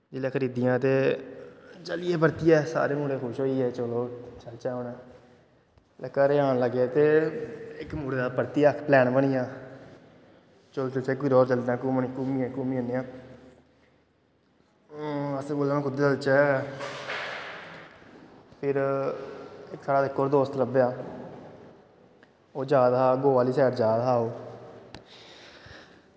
जेल्लै खरीदियां ते चली गे परतियै सारे मुड़े खुश होइयै चलो चलचै हून घरै गी औन लगे ते इक मुड़े दा परतियै पलैन बनी गेआ चलो चलचै कुतै होर घूमन घूमी घूमी औन्ने आं असें बोलेआ हून कुद्धर चलचै फिर साढ़ा इक होर दोस्त लब्भेआ ओह् जा दा हा गोवा आह्ली सैड जा दा हा ओह्